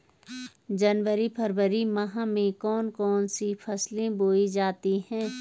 जनवरी फरवरी माह में कौन कौन सी फसलें बोई जाती हैं?